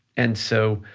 and so,